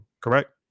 correct